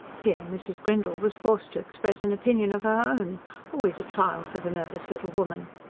here mrs. grindle was forced to express an opinion of her own always a trial for the nervous little woman.